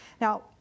Now